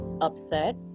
upset